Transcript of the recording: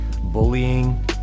bullying